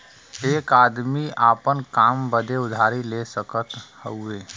एक आदमी आपन काम बदे उधारी ले सकत हउवे